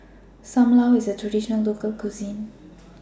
SAM Lau IS A Traditional Local Cuisine